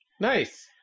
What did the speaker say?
Nice